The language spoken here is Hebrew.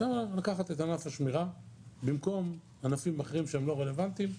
אפשר לקחת את ענף השמירה במקום ענפים אחרים שהם לא רלוונטיים,